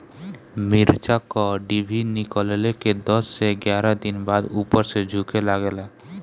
मिरचा क डिभी निकलले के दस से एग्यारह दिन बाद उपर से झुके लागेला?